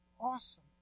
awesome